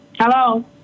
Hello